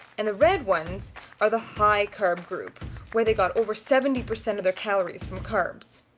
and the red ones are the high carb group where they got over seventy percent of their calories from carbs.